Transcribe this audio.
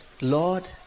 Lord